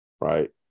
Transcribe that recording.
right